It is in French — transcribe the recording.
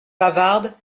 bavarde